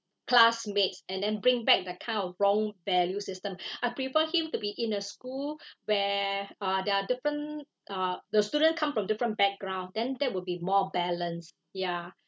classmates and then bring back that kind of wrong value system I prefer him to be in a school where uh there are different uh the student come from different background then that will be more balance ya